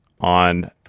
on